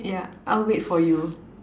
yeah I'll wait for you